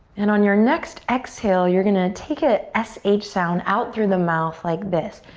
and on your next exhale, you're gonna take a s h sound out through the mouth like this